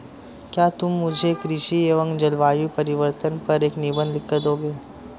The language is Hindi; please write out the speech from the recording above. क्या तुम मुझे कृषि एवं जलवायु परिवर्तन पर एक निबंध लिखकर दोगे?